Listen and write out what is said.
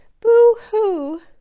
Boo-hoo